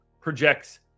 projects